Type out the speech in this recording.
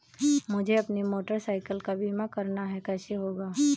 मुझे अपनी motorcycle का बीमा करना है कैसे होगा?